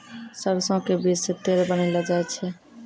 सरसों के बीज सॅ तेल बनैलो जाय छै